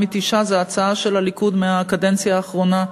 מתשעה היא הצעה של הליכוד מהקדנציה האחרונה,